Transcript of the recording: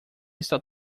está